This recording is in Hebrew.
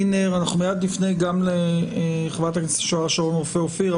מיד נפנה גם לחברת הכנסת לשעבר שרון רופא אופיר.